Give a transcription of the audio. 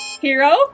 Hero